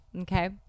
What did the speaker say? okay